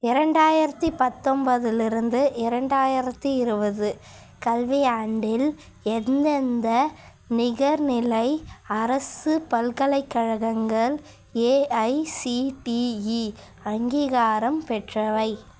இரண்டாயிரத்தி பத்தொம்போதிலிருந்து இரண்டாயிரத்தி இருபது கல்வியாண்டில் எந்தெந்த நிகர்நிலை அரசு பல்கலைக்கழகங்கள் ஏஐசிடிஇ அங்கீகாரம் பெற்றவை